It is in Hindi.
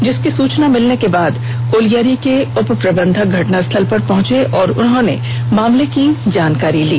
इसकी सूचना मिलने के बाद कोलियरी के उपप्रबंधक घटनास्थल पर पहुंच कर पूरे मामले की जानकारी ली